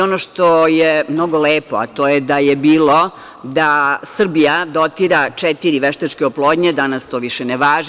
Ono što je mnogo lepo, a to je da je bilo da Srbija dotira četiri veštačke oplodnje, danas to više ne važi.